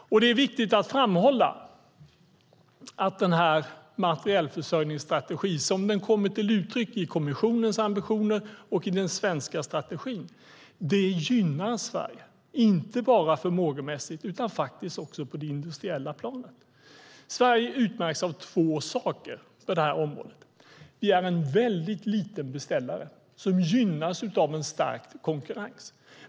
Det är viktigt att framhålla att denna materielförsörjningsstrategi som den kommit till uttryck i kommissionens ambitioner och i den svenska strategin gynnar Sverige, inte bara förmågemässigt utan faktiskt på det industriella planet. Sverige utmärks av två saker på det här området: Vi är en väldigt liten beställare som gynnas av en stärkt konkurrens.